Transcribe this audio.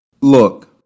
Look